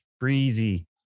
Breezy